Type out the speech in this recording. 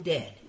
Dead